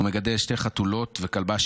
הוא מגדל שתי חתולות וכלבה,